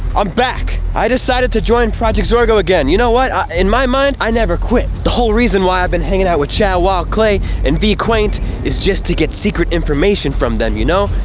i'm back. i decided to join projects or go again you know what in my mind? i never quit the whole reason why i've been hanging out chad wild clay and be quaint is just to get secret information from them, you know,